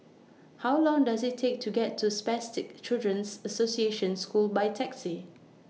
How Long Does IT Take to get to Spastic Children's Association School By Taxi